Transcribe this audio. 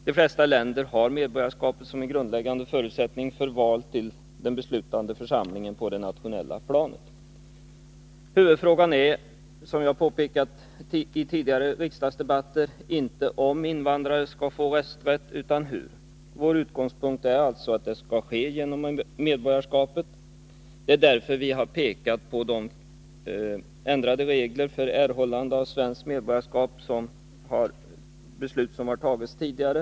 De flesta länder har 83 medborgarskapet såsom en grundläggande förutsättning för val till den beslutande församlingen på det nationella planet. Som jag har påpekat i tidigare riksdagsdebatter är huvudfrågan inte om invandrare skall få rösträtt utan hur. Vår utgångspunkt är alltså att det skall ske genom medborgarskapet. Därför har vi pekat på de ändrade regler för erhållande av svenskt medborgarskap som beslutats tidigare.